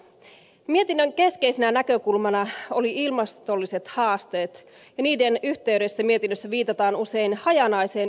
mietinnön keskeisenä näkökulmana oli ilmastolliset haasteet ja niiden yhteydessä mietinnössä viitataan usein hajanaiseen yhdyskuntarakenteeseen